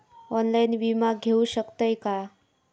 Online विमा घेऊ शकतय का?